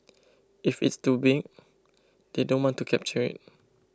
if it is too big they don't want to capture it